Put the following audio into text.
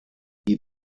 die